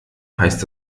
heißt